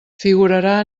figurarà